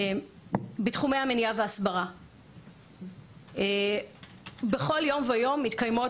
בתחומי המניעה והסברה בכל יום ויום מתקיימות